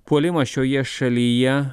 puolimas šioje šalyje